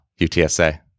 utsa